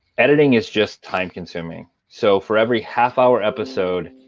editing is just time-consuming. so for every half hour episode,